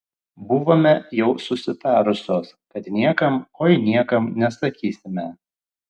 buvome jau susitarusios kad niekam oi niekam nesakysime